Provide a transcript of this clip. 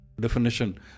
definition